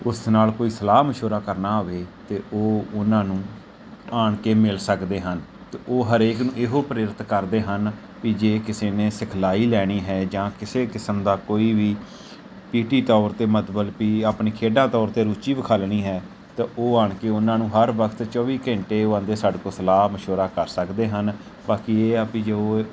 ਉਸ ਨਾਲ ਕੋਈ ਸਲਾਹ ਮਸ਼ਵਰਾ ਕਰਨਾ ਹੋਵੇ ਅਤੇ ਉਹ ਉਹਨਾਂ ਨੂੰ ਆਣ ਕੇ ਮਿਲ ਸਕਦੇ ਹਨ ਅਤੇ ਉਹ ਹਰੇਕ ਨੂੰ ਇਹੋ ਪ੍ਰੇਰਿਤ ਕਰਦੇ ਹਨ ਵੀ ਜੇ ਕਿਸੇ ਨੇ ਸਿਖਲਾਈ ਲੈਣੀ ਹੈ ਜਾਂ ਕਿਸੇ ਕਿਸਮ ਦਾ ਕੋਈ ਵੀ ਪੀ ਟੀ ਤੌਰ 'ਤੇ ਮਤਲਬ ਵੀ ਆਪਣੀ ਖੇਡਾਂ ਤੌਰ 'ਤੇ ਰੁਚੀ ਵਿਖਾਲਣੀ ਹੈ ਤਾਂ ਉਹ ਆਣ ਕੇ ਉਹਨਾਂ ਨੂੰ ਹਰ ਵਕਤ ਚੌਵੀ ਘੰਟੇ ਉਹ ਆਉਂਦੇ ਸਾਡੇ ਕੋਲ ਸਲਾਹ ਮਸ਼ਵਰਾ ਕਰ ਸਕਦੇ ਹਨ ਬਾਕੀ ਇਹ ਆ ਵੀ ਜੋ